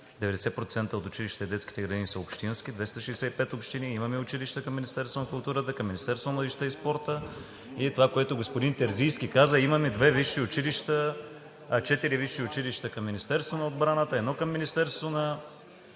90% от училищата и детските градини са общински, имаме 265 общини, имаме и училища към Министерството на културата, към Министерството на младежта и спорта. Това, което господин Терзийски каза, имаме 4 висши училища към Министерството на отбраната, 1 към Министерството на